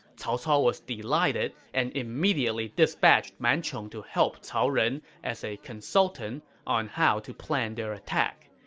cao cao was delighted and immediately dispatched man chong to help cao ren as a consultant on how to plan their attack.